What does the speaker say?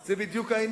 זה בדיוק העניין,